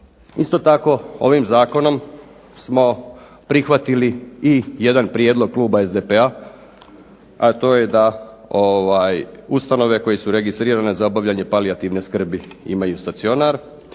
Isto tako, ovim zakonom smo prihvatili i jedan prijedlog kluba SDP-a, a to je da ustanove koje su registrirane za obavljanje palijativne skrbi imaju stacionar.